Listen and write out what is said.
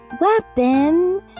weapon